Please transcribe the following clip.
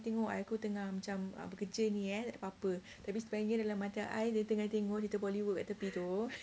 tengok I tu tengah macam ah bekerja ni eh tak ada apa-apa tapi sebenarnya mata I tu tengah tengok bollywood kat tepi tu